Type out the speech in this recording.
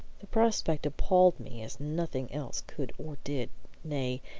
the prospect appalled me as nothing else could or did nay,